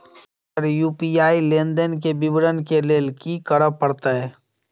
Sir UPI लेनदेन केँ विवरण केँ लेल की करऽ परतै?